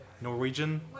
Norwegian